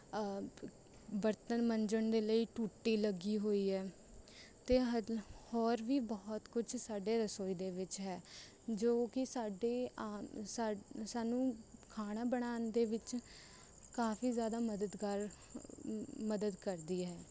ਬਰਤਨ ਮਾਂਜਣ ਦੇ ਲਈ ਟੂਟੀ ਲੱਗੀ ਹੋਈ ਹੈ ਅਤੇ ਹੋਰ ਵੀ ਬਹੁਤ ਕੁਝ ਸਾਡੀ ਰਸੋਈ ਦੇ ਵਿੱਚ ਹੈ ਜੋ ਕਿ ਸਾਡੇ ਸਾਨੂੰ ਖਾਣਾ ਬਣਾਉਣ ਦੇ ਵਿੱਚ ਕਾਫੀ ਜ਼ਿਆਦਾ ਮਦਦਗਾਰ ਮਦਦ ਕਰਦੀ ਹੈ